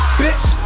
bitch